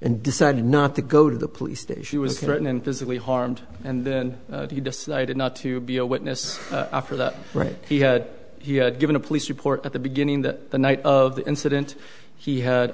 and decided not to go to the police day she was threatened and physically harmed and then he decided not to be a witness after that right he had given a police report at the beginning that the night of the incident he had